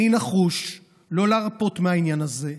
אני נחוש לא להרפות מהעניין הזה,